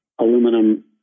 aluminum